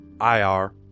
IR